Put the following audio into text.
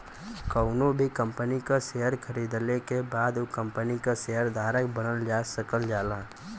कउनो भी कंपनी क शेयर खरीदले के बाद उ कम्पनी क शेयर धारक बनल जा सकल जाला